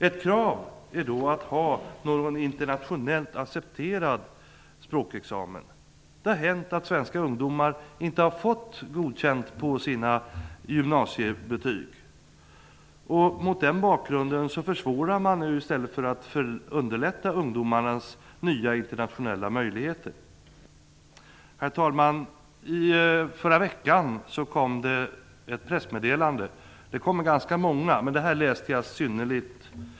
Ett krav är då att ha någon internationellt accepterad språkexamen. Det har hänt att svenska ungdomar inte har fått godkänt för sina gymnasiebetyg. Mot den bakgrunden försvårar man nu i stället för att underlätta ungdomarnas nya internationella möjligheter. Herr talman! I förra veckan kom det ett pressmeddelande. Det kommer ganska många, men det här läste jag synnerligt väl.